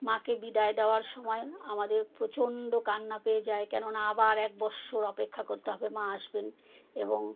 মাকে বিদায় দেওয়ার সময় আমাদের প্রচণ্ড কান্না পেয়ে যায় কেননা আবার এক বৎসর অপেক্ষা করতে হবে মা আসবেন এবং